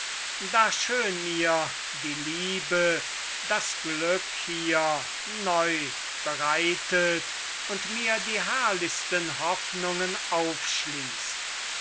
da schön mir die liebe das glück hier neu bereitet und mir die herrlichsten hoffnungen aufschließt